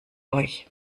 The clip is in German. euch